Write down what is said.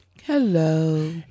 hello